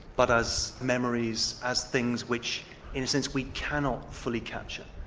but as memories, as things which in a sense we cannot fully capture.